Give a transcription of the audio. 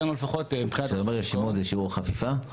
כשאתה אומר רשימות זה שיעור החפיפה?